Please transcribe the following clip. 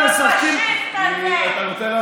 פשיסט כזה.